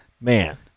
man